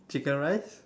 chicken rice